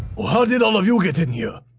how did all of you get in here?